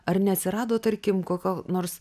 ar neatsirado tarkim kokio nors